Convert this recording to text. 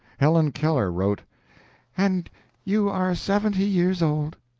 helen keller wrote and you are seventy years old?